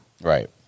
Right